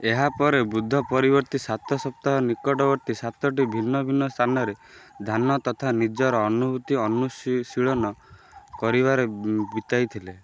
ଏହାପରେ ବୁଦ୍ଧ ପରବର୍ତ୍ତୀ ସାତ ସପ୍ତାହ ନିକଟବର୍ତ୍ତୀ ସାତଟି ଭିନ୍ନ ଭିନ୍ନ ସ୍ଥାନରେ ଧ୍ୟାନ ତଥା ନିଜର ଅନୁଭୂତି ଅନୁଶୀ ଶୀଳନ କରିବାରେ ବିତାଇଥିଲେ